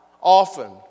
often